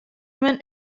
men